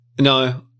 No